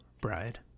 bride